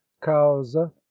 causa